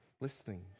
listening